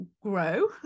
grow